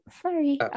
Sorry